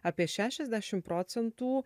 apie šešiasdešim procentų